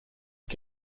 est